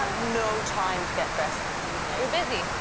no time to get dressed this evening. we're busy.